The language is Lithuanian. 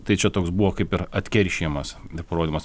tai čia toks buvo kaip ir atkeršijimas neparodymas